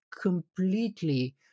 completely